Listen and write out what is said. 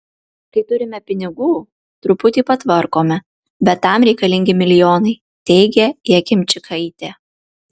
kai turime pinigų truputį patvarkome bet tam reikalingi milijonai teigia jakimčikaitė